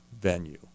venue